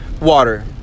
water